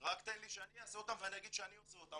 רק תן לי שאני אעשה אותן ואני אגיד שאני עושה אותן,